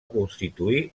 constituir